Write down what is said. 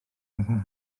bethau